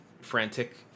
frantic